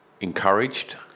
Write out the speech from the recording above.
encouraged